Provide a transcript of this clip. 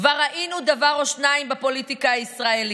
כבר ראינו דבר או שניים בפוליטיקה הישראלית,